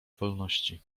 wolności